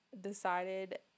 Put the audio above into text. decided